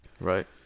Right